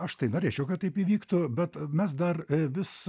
aš tai norėčiau kad taip įvyktų bet mes dar vis